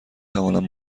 توانم